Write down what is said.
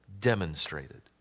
demonstrated